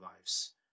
lives